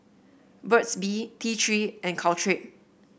Burt's Bee T Three and Caltrate